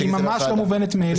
כי היא ממש לא מובנת מאליה.